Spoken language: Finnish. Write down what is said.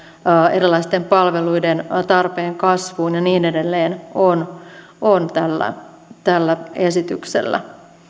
erilaisten palveluiden tarpeen kasvuun ja niin edelleen on on tällä tällä esityksellä